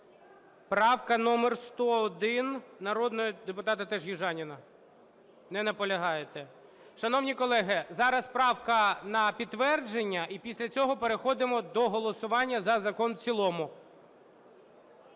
Правка номер 101, народний депутат теж Южаніна. Не наполягаєте. Шановні колеги, зараз правка на підтвердження і після цього переходимо до голосування за закон в цілому.